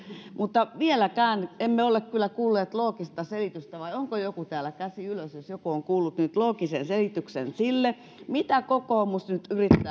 mutta vieläkään emme ole kyllä kuulleet loogista selitystä vai onkohan joku täällä kuullut käsi ylös jos joku on kuullut loogisen selityksen sille mitä kokoomus nyt yrittää